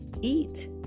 Eat